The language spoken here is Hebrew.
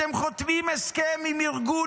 אתם חותמים הסכם עם ארגון,